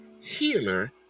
healer